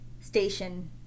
station